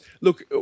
look